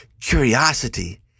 curiosity